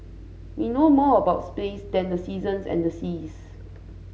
we know more about space than the seasons and the seas